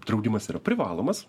draudimas ir privalomas